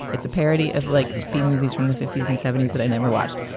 it's a parody of like b movies from the fifty s and seventy s that i never watched.